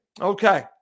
Okay